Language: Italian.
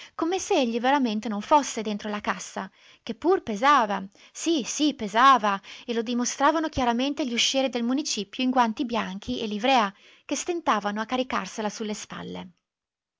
come se egli veramente non fosse dentro la cassa che pur pesava sì sì pesava e lo dimostravano chiaramente gli uscieri del municipio in guanti bianchi e livrea che stentavano a caricarsela sulle spalle